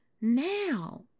now